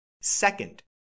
Second